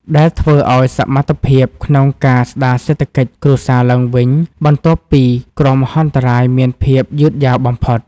ដែលធ្វើឱ្យសមត្ថភាពក្នុងការស្តារសេដ្ឋកិច្ចគ្រួសារឡើងវិញបន្ទាប់ពីគ្រោះមហន្តរាយមានភាពយឺតយ៉ាវបំផុត។